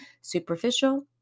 superficial